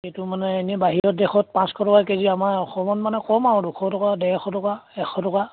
এইটো মানে এনেই বাহিৰত দেশত পাঁচশ টকা কে জি আমাৰ অসমত মানে কম আৰু দুশ টকা ডেৰশ টকা এশ টকা